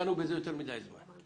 השקענו בזה יותר מדי זמן.